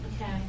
Okay